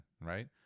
right